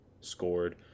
scored